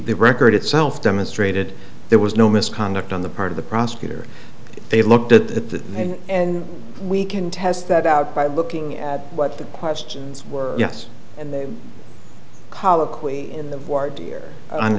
the record itself demonstrated there was no misconduct on the part of the prosecutor they looked at the end and we can test that out by looking at what the questions were yes and the colloquy in the